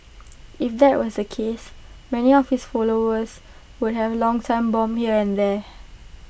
if that was the case many of his followers would have long time bomb here and there